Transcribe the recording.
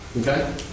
okay